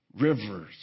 Rivers